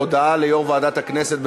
הודעה ליו"ר ועדת הכנסת.